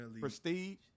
Prestige